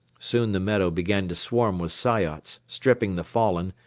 soon the meadow began to swarm with soyots, stripping the fallen,